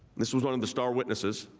this was one of the star witnesses,